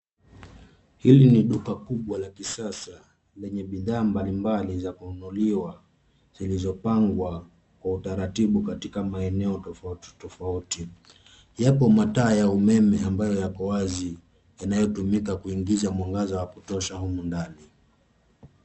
Hili ni duka kubwa la kisasa lenye bidhaa mbalimbali za kununuliwa zilizopangwa kwa utaratibu katika maeneo tofauti tofauti. Yapo mataa ya umeme ambayo yako wazi yanayotumika kuingiza mwangaza wa kutosha humu ndani.